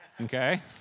Okay